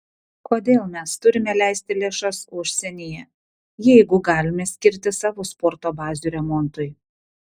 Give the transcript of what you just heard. kodėl mes turime leisti lėšas užsienyje jeigu galime skirti savo sporto bazių remontui